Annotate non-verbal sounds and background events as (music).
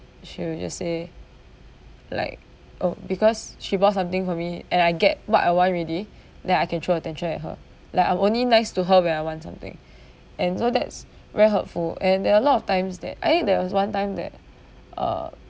she will just say like oh because she bought something for me and I get what I want already (breath) then I can throw tantrum at her like I'm only nice to her when I want something (breath) and so that's (breath) very hurtful and there are a lot of times that I think there was one time that uh